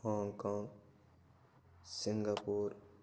Hong Kong Singapore